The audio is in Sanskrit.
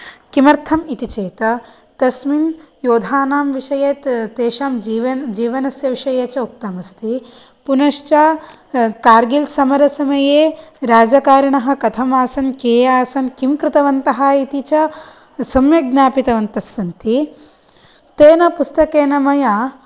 किमर्थम् इति चेत् तस्मिन् योधानां विषये ते तेषां जीव जीवनस्य विषये च उक्तमस्ति पुनश्च कार्गिल् समरसमये राजकारिणः कथमासन् के आसन् किं कृतवन्तः इति च सम्यग्ज्ञापितवन्तस्सन्ति तेन पुस्तकेन मया